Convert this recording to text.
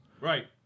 Right